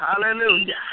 Hallelujah